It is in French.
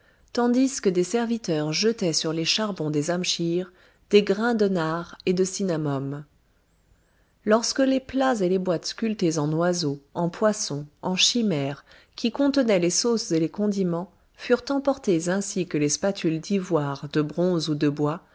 tandis que des serviteurs jetaient sur les charbons des amschirs des grains de nard et de cinnamome lorsque les plats et les boîtes sculptées en oiseaux en poissons en chimères qui contenaient les sauces et les condiments furent emportés ainsi que les spatules d'ivoire de bronze ou de bois